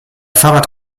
fahrrad